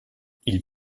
ils